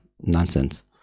nonsense